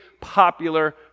popular